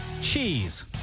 cheese